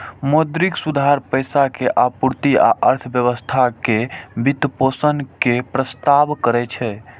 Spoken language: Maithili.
मौद्रिक सुधार पैसा के आपूर्ति आ अर्थव्यवस्था के वित्तपोषण के प्रस्ताव करै छै